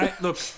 Look